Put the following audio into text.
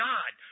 God